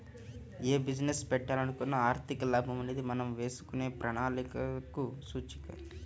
యే బిజినెస్ పెట్టాలనుకున్నా ఆర్థిక లాభం అనేది మనం వేసుకునే ప్రణాళికలకు సూచిక